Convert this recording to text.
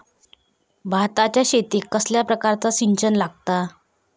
भाताच्या शेतीक कसल्या प्रकारचा सिंचन लागता?